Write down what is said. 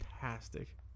fantastic